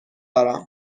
دارم